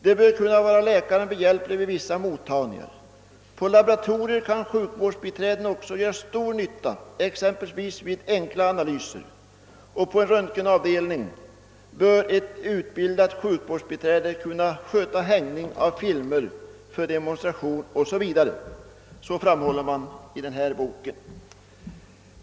De bör kunna vara läkaren behjälpliga vid vissa mottagningar, på laboratorier kan de också göra stor nytta — exempelvis vid enkla analyser — på en röntgenavdelning bör ett utbildat biträde kunna sköta hängning av filmer för demonstration 0. s. V.